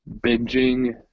binging